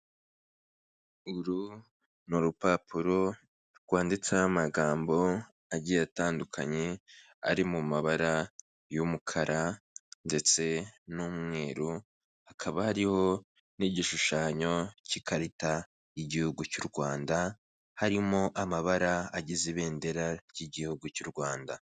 Uru ni urupapuro rwanditseho amagambo agiye atandukanye ari mu mabara y'umukara ndetse n'umweru hakaba hariho n'igishushanyo cy'ikarita y'igihugu cy'u Rwanda harimo amabara agize ibendera ry'igihugu cy'u Rwanda.